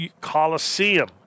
Coliseum